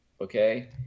okay